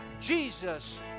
Jesus